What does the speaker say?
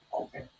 Okay